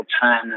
time